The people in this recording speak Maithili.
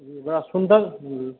बड़ा सुन्दर